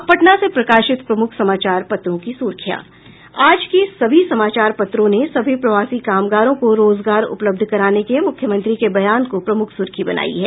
अब पटना से प्रकाशित प्रमुख समाचार पत्रों की सुर्खियां आज के सभी समाचार पत्रों ने सभी प्रवासी कामगारों को रोजगार उपलब्ध कराने के मुख्यमंत्री के बयान को प्रमुख सुर्खी बनायी है